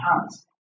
hands